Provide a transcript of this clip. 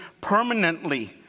permanently